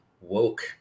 woke